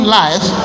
life